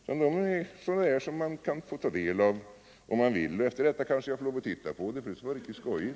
Det är sådana papper som man kan få ta del av, om man så önskar. Efter detta inlägg kanske jag också får lov att se på den aktuella skriften. Det skulle vara riktigt skojigt.